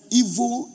evil